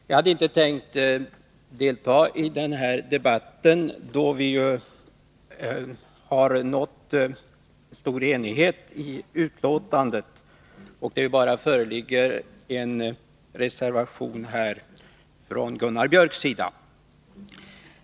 Herr talman! Jag hade inte tänkt delta i denna debatt, då vi ju har nått stor enighet i betänkandet och det bara föreligger en reservation, från Gunnar Biörck i Värmdö.